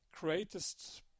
greatest